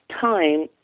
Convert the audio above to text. time